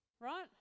Right